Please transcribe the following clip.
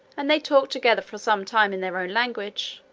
and they talked together for some time in their own language,